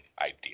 idea